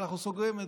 ואנחנו סוגרים אותו.